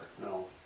No